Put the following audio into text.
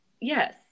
yes